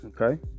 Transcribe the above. Okay